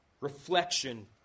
reflection